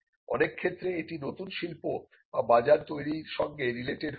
অনেক ক্ষেত্রে এটি নতুন শিল্প বা বাজার তৈরি সঙ্গে রিলেটেড হয়েছে